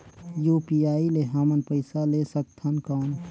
UPI ले हमन पइसा ले सकथन कौन?